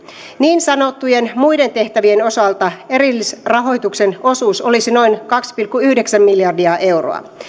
niin sanottujen muiden tehtävien osalta erillisrahoituksen osuus olisi noin kaksi pilkku yhdeksän miljardia euroa